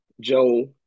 Joe